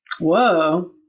Whoa